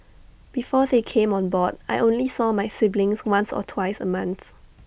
before they came on board I only saw my siblings once or twice A month